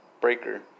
Breaker